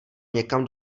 někam